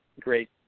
great